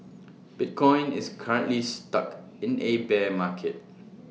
bitcoin is currently stuck in A bear market